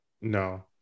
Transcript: No